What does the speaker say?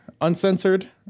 Uncensored